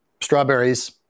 strawberries